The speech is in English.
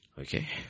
Okay